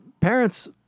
parents